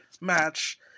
match